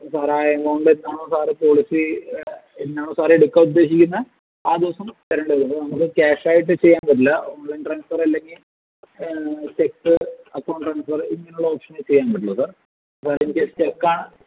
ഇല്ല സാറ് ആ എമൗണ്ട് എന്നാണോ സാർ പോളിസി എന്നാണോ സാർ എടുക്കാൻ ഉദ്ദേശിക്കുന്നത് ആ ദിവസം തരേണ്ടി വരും നമുക്ക് ക്യാഷ് ആയിട്ട് ചെയ്യാൻ പറ്റില്ല ബാങ്ക് ട്രാൻസ്ഫർ അല്ലെങ്കിൽ ചെക്ക് അക്കൗണ്ട് ട്രാൻസ്ഫർ ഇങ്ങനെയുള്ള ഓപ്ഷനെ ചെയ്യാൻ പറ്റുള്ളൂ സാർ ബേങ്ക് ചെക്കാണോ